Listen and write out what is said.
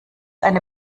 eine